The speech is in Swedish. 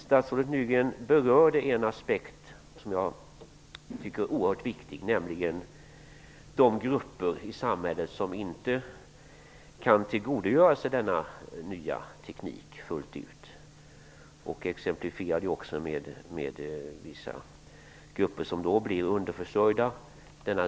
Statsrådet Nygren berörde en aspekt som jag tycker är oerhört viktig, nämligen när det gäller de grupper i samhället som inte kan tillgodogöra sig denna nya teknik fullt ut. Han exemplifierade också med vissa grupper som då blir underförsörjda.